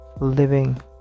living